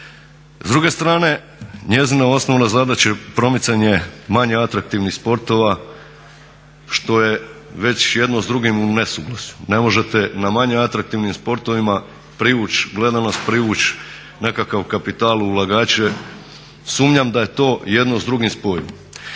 S druge strane njezina osnovna zadaća je promicanje manje atraktivnih sportova što je već jedno s drugim u nesuglasju. Ne možete na manje atraktivnim sportovima privući gledanost, privući nekakav kapital i ulagače. Sumnjam da je to jedno s drugim spojivo.